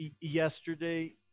Yesterday